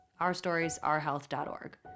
OurStoriesOurHealth.org